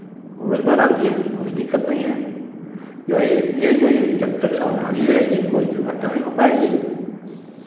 वो रोज बनाती हैं कोई दिक्कत नहीं है जो है ये है कि भाई जब तक सावधानी रहेगी कोई दुर्घटना नहीं हो पाएगी